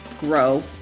grow